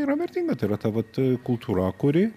yra vertinga tai yra ta vat kultūra kuri